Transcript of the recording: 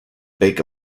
bake